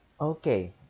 Okay